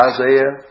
Isaiah